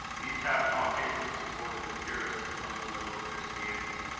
these have in all cases supported the purest and most liberal christianity.